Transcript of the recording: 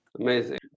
Amazing